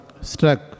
Struck